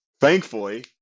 thankfully